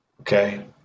Okay